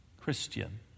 Christian